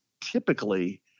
typically